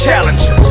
Challenge